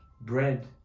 bread